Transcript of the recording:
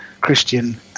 Christian